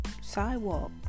Sidewalk